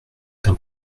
d’un